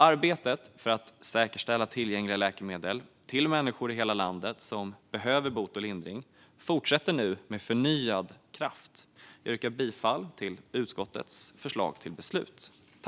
Arbetet för att säkerställa tillgängliga läkemedel till människor i hela landet som behöver bot och lindring fortsätter nu med förnyad kraft. Jag yrkar bifall till utskottets förslag till beslut.